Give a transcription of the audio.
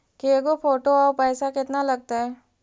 के गो फोटो औ पैसा केतना लगतै?